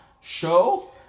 show